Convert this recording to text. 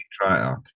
tryout